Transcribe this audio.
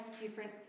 different